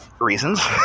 reasons